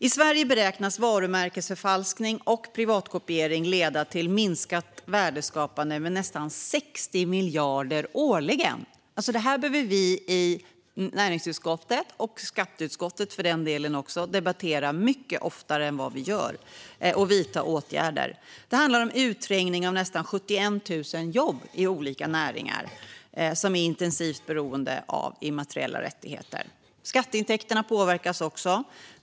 I Sverige beräknas varumärkesförfalskning och piratkopiering leda till minskat värdeskapande på nästan 60 miljarder årligen. Detta behöver vi i näringsutskottet, och skatteutskottet också, för den delen, debattera mycket oftare, och vi måste vidta åtgärder. Det handlar om utträngning av nära 71 000 jobb i olika näringar som är intensivt beroende av immateriella rättigheter. Skatteintäkterna påverkas också.